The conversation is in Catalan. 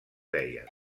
deien